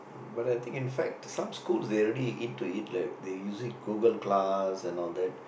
but I think in fact some school they already it to it like they using Google class and all that